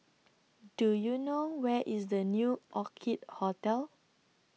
Do YOU know Where IS The New Orchid Hotel